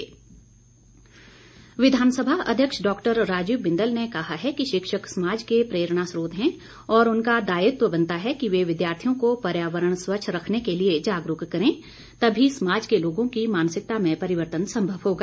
विधानसभा अध्यक्ष विधानसभा अध्यक्ष डॉक्टर राजीव बिंदल ने कहा है कि शिक्षक समाज के प्रेरणा स्रोत हैं और उनका दायित्व बनता है कि वे विद्यार्थियों को पर्यावरण स्वच्छ रखने के लिए जागरूक करें तभी समाज के लोगों की मानसिकता में परिवर्तन संभव होगा